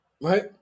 right